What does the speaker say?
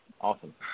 Awesome